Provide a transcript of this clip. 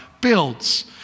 builds